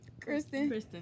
Kristen